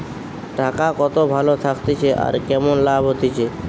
টাকা কত ভালো থাকতিছে আর কেমন লাভ হতিছে